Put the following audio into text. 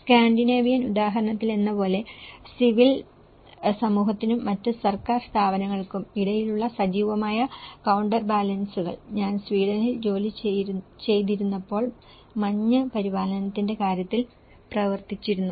Scandinavian ഉദാഹരണത്തിലെന്നപോലെ civil സമൂഹത്തിനും മറ്റ് സർക്കാർ സ്ഥാപനങ്ങൾക്കും ഇടയിലുള്ള സജീവമായ കൌണ്ടർബാലൻസുകൾ ഞാൻ സ്വീഡനിൽ ജോലി ചെയ്തിരുന്നപ്പോൾ മഞ്ഞ് പരിപാലനത്തിന്റെ കാര്യത്തിൽ പ്രവർത്തിച്ചിരുന്നു